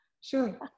sure